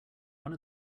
one